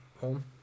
home